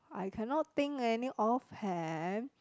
I cannot think any offhand